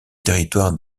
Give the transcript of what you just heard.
territoire